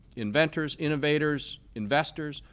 inventors, innovators, investors,